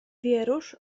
wierusz